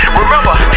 Remember